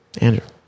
Andrew